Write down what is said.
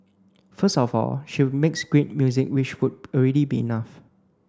first of all she makes great music which would already be enough